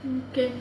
okay